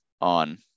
on